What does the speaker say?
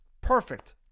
Perfect